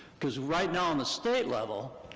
cause right now, on the state level,